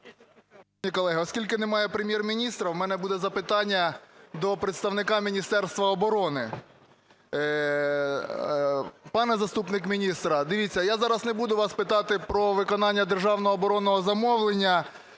Шановні колеги, оскільки немає Прем'єр-міністра, в мене буде запитання до представника Міністерства оборони. Пане заступник міністра, дивіться, я зараз не буду вас питати про виконання державного оборонного замовлення,